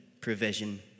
provision